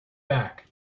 back